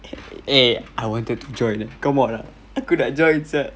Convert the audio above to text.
eh I wanted to join eh come on lah aku nak join sia